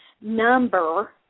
number